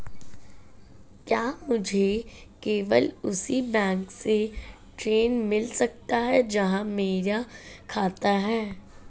क्या मुझे केवल उसी बैंक से ऋण मिल सकता है जहां मेरा खाता है?